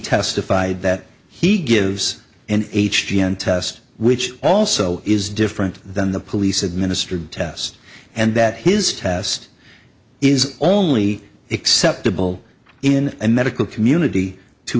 testified that he gives an h d n test which also is different than the police administered test and that his test is only acceptable in and medical community to